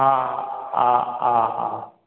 हा हा हा हा